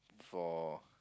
for